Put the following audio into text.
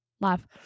Laugh